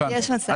התעכב.